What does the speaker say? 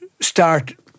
start